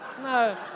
no